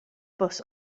bws